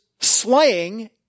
slaying